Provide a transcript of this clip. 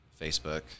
Facebook